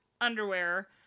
underwear